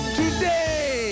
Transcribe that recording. today